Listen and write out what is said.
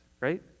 right